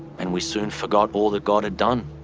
and we soon forgot all that god had done.